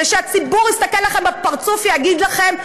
ושהציבור יסתכל לכם בפרצוף ויגיד לכם: